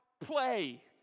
play